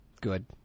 Good